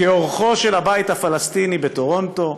כאורחו של "הבית הפלסטיני" בטורונטו,